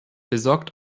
besorgt